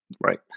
right